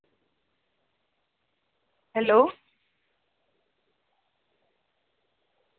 hello